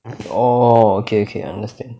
orh okay okay understand